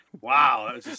Wow